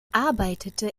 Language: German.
arbeitete